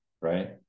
right